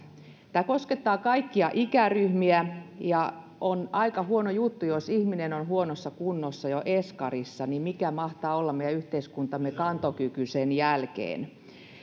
tämä koskettaa kaikkia ikäryhmiä ja on aika huono juttu jos ihminen on huonossa kunnossa jo eskarissa mikä mahtaa olla meidän yhteiskuntamme kantokyky sen jälkeen